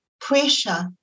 pressure